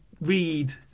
read